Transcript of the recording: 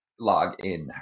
login